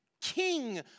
king